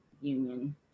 union